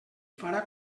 farà